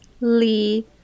Lee